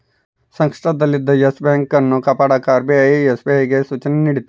ಸಂಕಷ್ಟದಲ್ಲಿದ್ದ yes bank ಅನ್ನು ಕಾಪಾಡಕ ಆರ್.ಬಿ.ಐ ಎಸ್.ಬಿ.ಐಗೆ ಸೂಚನೆ ನೀಡಿತು